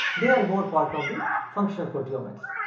they are more part of the functional proteomics.